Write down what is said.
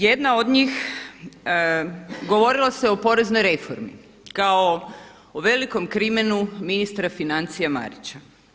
Jedna od njih govorilo se o poreznoj reformi kao o velikom krimenu ministra financija Marića.